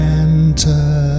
enter